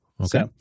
Okay